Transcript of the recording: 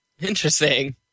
Interesting